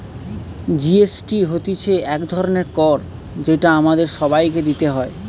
GST হতিছে এক ধরণের কর যেটা আমাদের সবাইকে দিতে হয়